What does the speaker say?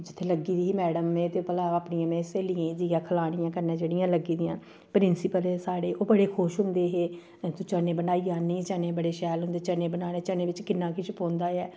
जित्थै लग्गी दी ही मैडम में ते भला अपनियै में स्हेलियें गी खलानी कन्नै जेहडियां लग्गी दियां प्रिंसिपल हे साढ़े ओह् बड़े खुश होंदे हे तू चने बनाइयै आह्ननी चने बड़े शैल होंदे चने बनाने चने बिच्च किन्ना किश पौंदा ऐ